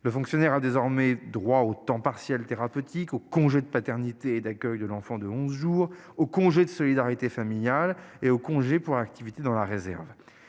Le fonctionnaire a désormais droit au temps partiel thérapeutique, au congé de paternité et d'accueil de l'enfant de onze jours, au congé de solidarité familiale et au congé pour activité dans la réserve.